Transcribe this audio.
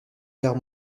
guerre